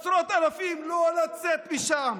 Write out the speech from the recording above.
עשרות אלפים, לא לצאת משם,